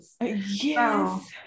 yes